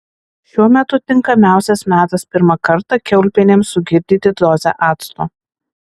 šiuo metu tinkamiausias metas pirmą kartą kiaulpienėms sugirdyti dozę acto